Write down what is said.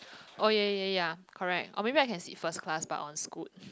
oh ya ya ya correct or maybe I can sit first class but on Scoot